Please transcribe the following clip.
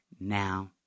now